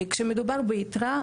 כשמדובר ביתרה,